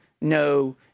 no